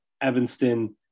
Evanston